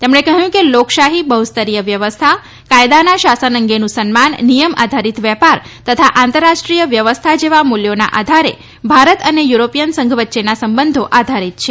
તેમણે કહયું કે લોકશાહી બહુસ્તરીય વ્યવસ્થા કાયદાના શાસન અંગેનું સન્માન નિયમ આધારીત વેપાર તથા આંતરરાષ્ટ્રીય વ્યવસ્થા જેવા મુલ્યોના આધારે ભારત અને યુરોપીયન સંઘ વચ્યેના સંબંધો આધારીત છે